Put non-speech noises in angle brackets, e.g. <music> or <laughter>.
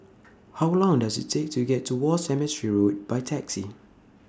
How <noise> Long Does IT Take to get to War Cemetery Road By Taxi